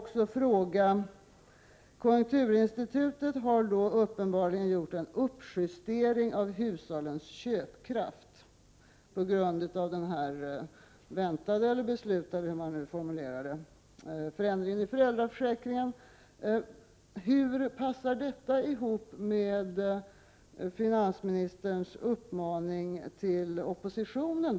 Konjunkturinstitutet har uppenbarligen gjort en uppjustering av hushållens köpkraft på grund av den väntade eller beslutade — hur man nu får formulera det — förändringen i föräldraförsäkringen. Hur passar detta ihop med finansministerns uppmaning till oppositionen?